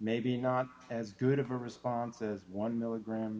maybe not as good of a response as one milligram